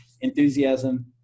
enthusiasm